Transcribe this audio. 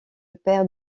perte